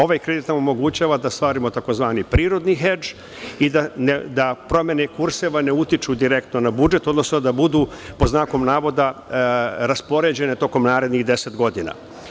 Ovaj kredit nam omogućava da stvorimo prirodni „hedž“ i da promene kurseva ne utiču direktno na budžet, odnosno da budu, pod znakom navoda, raspoređena tokom narednih 10 godina.